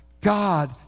God